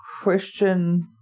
Christian